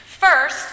First